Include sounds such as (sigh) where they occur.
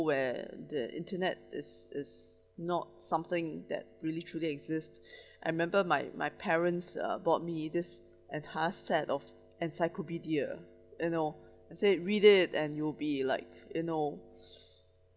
where the internet is is not something that really truly exist (breath) I remember my my parents uh bought me this enhanced set of encyclopedia you know and said read it and you'll be like you know (breath)